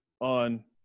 on